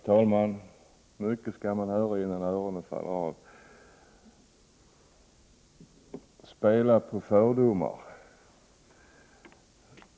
Herr talman! Mycket skall man höra innan öronen faller av. Statsrådet säger att jag spelar på fördomar.